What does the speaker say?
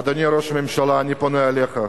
אדוני ראש הממשלה, אני פונה אליך.